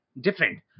different